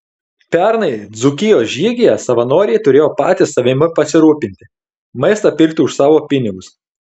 pernai dzūkijos žygyje savanoriai turėjo patys savimi pasirūpinti maistą pirkti už savo pinigus